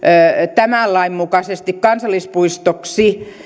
tämän lain mukaisesti kansallispuistoksi